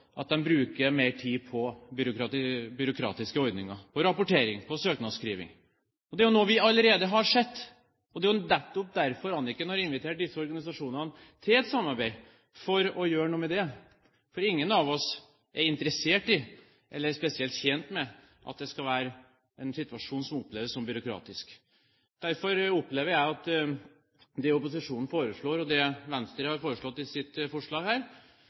at de bruker mer tid på byråkratiske ordninger, rapportering og søknadsskriving. Det er noe vi allerede har sett. Det er nettopp derfor Anniken Huitfeldt har invitert disse organisasjonene til et samarbeid, for å gjøre noe med det. For det er ingen av oss som er interessert i eller spesielt tjent med en situasjon som oppleves som byråkratisk. Derfor opplever jeg at det opposisjonen foreslår, og det Venstre har foreslått i sitt forslag,